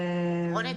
רוני,